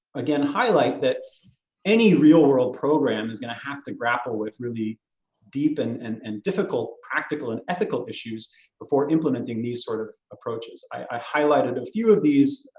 again, highlight that any real world program is gonna have to grapple with really deep and and and difficult practical and ethical issues before implementing these sorts sort of approaches. i highlighted a few of these,